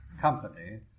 company